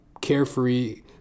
carefree